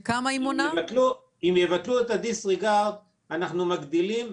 אם יבטלו את הדיסריגרד אנחנו מגדילים